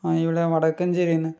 ആ ഇവിടെ വടക്കഞ്ചേരിയിൽനിന്നും